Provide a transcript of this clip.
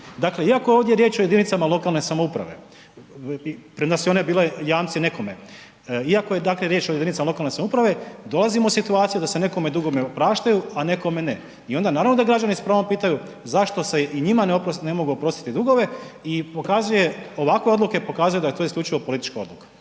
Dakle iako je ovdje riječ o jedinicama lokalne samouprave, premda su i one bile jamci nekome, iako je dakle riječ o jedinicama lokalne samouprave dolazimo u situaciju da se nekome dugovi opraštaju a nekome ne. I onda naravno da građani s pravom pitanju zašto se i njima ne mogu oprostiti dugovi. I pokazuje, ovakve odluke pokazuju da je to isključivo politička odluka.